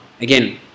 Again